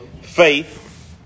faith